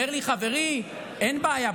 אומר לי חברי: אין בעיה,